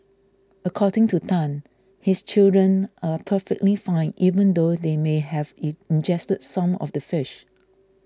according to Tan his children are perfectly fine even though they may have it ingested some of the fish